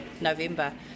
November